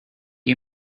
you